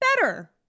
better